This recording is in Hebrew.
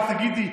תגידי,